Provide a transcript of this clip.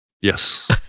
Yes